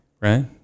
right